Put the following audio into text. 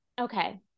okay